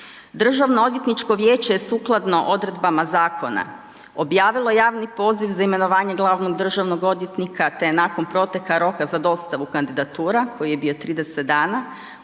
Državno-odvjetničko vijeće je sukladno odredbama zakona objavilo javni poziv za imenovanje glavnog državnog odvjetnika te je nakon proteka roka za dostavu kandidatura koji je bio 30 dana